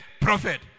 prophet